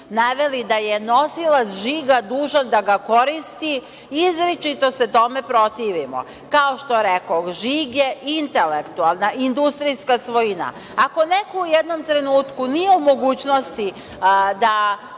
naveli da je nosilac žiga dužan da ga koristi izričito se tome protivimo. Kao što rekoh, žig je intelektualna industrijska svojina. Ako neko u jednom trenutku nije u mogućnosti da